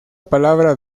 palabra